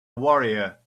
warrior